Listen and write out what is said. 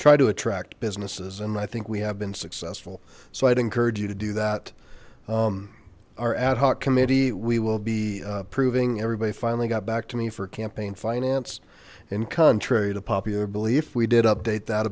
try to attract businesses and i think we have been successful so i'd encourage you to do that our ad hoc committee we will be proving everybody finally got back to me for campaign finance and contrary to popular belief we did update that